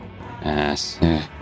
ass